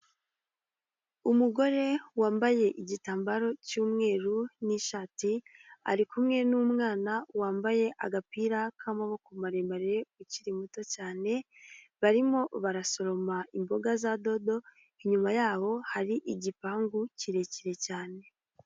Umugore wambaye igitambaro cy'umweru n'ishati, ari kumwe n'umwana wambaye agapira k'amaboko maremare ukiri muto cyane, barimo barasoroma imboga za dodo, inyuma yabo hari igipangu kirekire cyane.